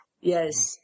Yes